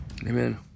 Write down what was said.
Amen